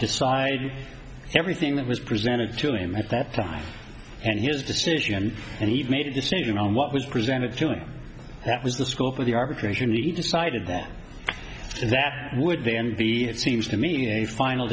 decided everything that was presented to him at that time and his decision and he made a decision on what was presented feeling that was the scope of the arbitration he decided then that would then be it seems to me a final